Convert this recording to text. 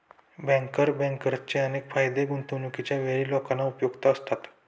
banker बँकर्सचे अनेक फायदे गुंतवणूकीच्या वेळी लोकांना उपलब्ध असतात